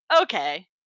okay